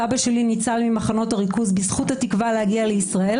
סבא שלי ניצל ממחנות הריכוז בזכות התקווה להגיע לישראל.